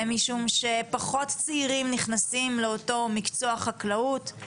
משום שפחות צעירים נכנסים לאותו מקצוע חקלאות,